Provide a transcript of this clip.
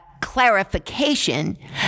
clarification